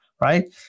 right